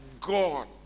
God